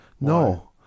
no